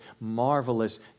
marvelous